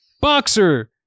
Boxer